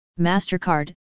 MasterCard